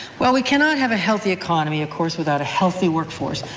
well we cannot have a healthy economy of course without a healthy workforce.